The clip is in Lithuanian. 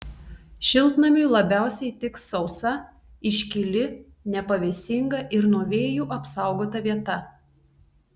šiltnamiui labiausiai tiks sausa iškili nepavėsinga ir nuo vėjų apsaugota vieta